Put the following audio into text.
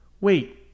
wait